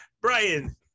Brian